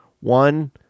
One